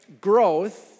growth